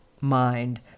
mind